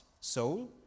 soul